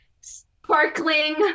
sparkling